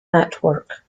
network